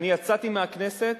אני יצאתי מהכנסת